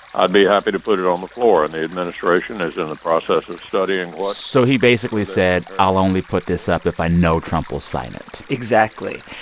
i'd be happy to put it on the floor. and the administration is in the process of studying what. so he basically said i'll only put this up if i know trump will sign it exactly.